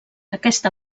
aquesta